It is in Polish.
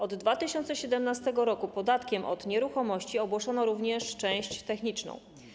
Od 2017 r. podatkiem od nieruchomości obłożono również część techniczną.